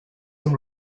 amb